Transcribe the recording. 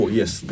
yes